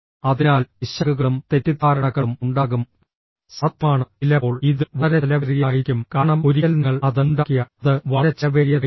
അതിനാൽ പിശകുകളും തെറ്റിദ്ധാരണകളും ഉണ്ടാകും സാധ്യമാണ് ചിലപ്പോൾ ഇത് വളരെ ചെലവേറിയതായിരിക്കും കാരണം ഒരിക്കൽ നിങ്ങൾ അത് ഉണ്ടാക്കിയാൽ അത് വളരെ ചെലവേറിയതായിരിക്കും